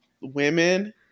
women